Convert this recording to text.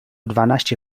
dwanaście